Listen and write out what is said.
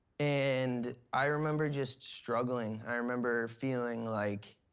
and i remember just struggling. i remember feeling, like,